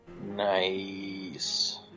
Nice